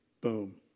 boom